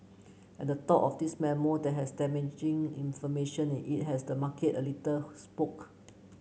and the talk of this memo that has damaging information in it has the market a little spook